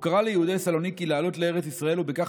הוא קרא ליהודי סלוניקי לעלות לארץ ישראל ובכך